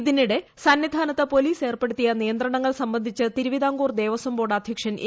അതിനിടെ സന്നിധാനത്ത് പോലീസ് ഏർപ്പെടുത്തിയ നിയന്ത്രണങ്ങൾ സംബന്ധിച്ച് തിരുവിതാംകൂർ ദേവസ്വംബോർഡ് അദ്ധ്യക്ഷൻ എ